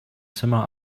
zimmer